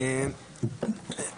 כן, נכון.